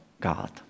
God